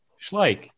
Schleich